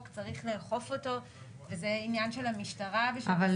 צריך לאכוף אותו וזה עניין של המשטרה והמשרדים.